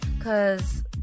cause